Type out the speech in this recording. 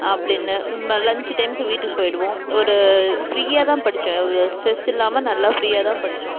அப்படின்னு ம லஞ்ச்சு டைமுக்கு வீட்டுக்குப் போயிடுவோம் ஒரு ப்ரீயாக தான் படித்தேன் ஒரு ஸ்ட்ரெஸ் இல்லாமல் நல்லா ப்ரீயாக தான் படித்தோம்